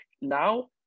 now